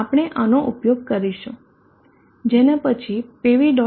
આપણે આનો ઉપયોગ કરીશું જેને પછી pv